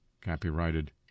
copyrighted